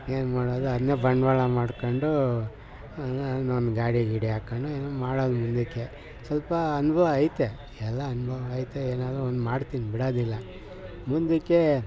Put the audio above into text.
ಏನು ಮಾಡೋದು ಅದನ್ನೇ ಬಂಡವಾಳ ಮಾಡ್ಕೊಂಡು ಗಾಡಿ ಗೀಡಿ ಹಾಕೊಂಡು ಏನೋ ಮಾಡೋದು ಮುಂದಕ್ಕೆ ಸ್ವಲ್ಪ ಅನುಭವ ಐತೆ ಎಲ್ಲ ಅನುಭವ ಐತೆ ಏನಾದರೂ ಒಂದು ಮಾಡ್ತೀನಿ ಬಿಡೋದಿಲ್ಲ ಮುಂದಕ್ಕೆ